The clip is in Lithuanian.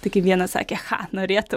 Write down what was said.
tai kaip vienas sakė cha norėtum